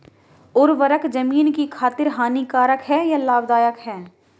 उर्वरक ज़मीन की खातिर हानिकारक है या लाभदायक है?